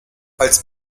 als